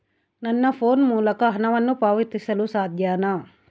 ನನ್ನ ಫೋನ್ ಮೂಲಕ ಹಣವನ್ನು ಪಾವತಿಸಲು ಸಾಧ್ಯನಾ?